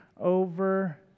over